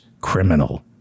criminal